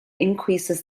increases